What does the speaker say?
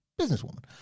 Businesswoman